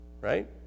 right